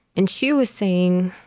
and she was saying,